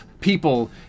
people